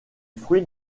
fruits